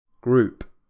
group